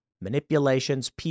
Manipulations